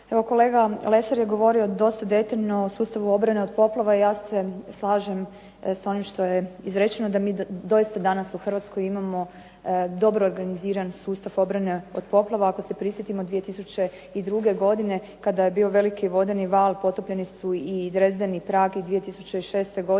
kolega Lesar je govorio dosta detaljno o sustavu obrane od poplava, i ja se slažem s onim što je izrečeno, da mi doista danas u Hrvatskoj imamo dobro organiziran sustav obrane od poplava. Ako se prisjetimo 2002. godine kada je bio veliki vodeni val, potopljeni i Dresden, i Prag i 2006. godine